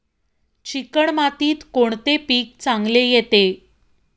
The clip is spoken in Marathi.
चिकण मातीत कोणते पीक चांगले येते?